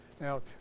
Now